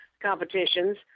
competitions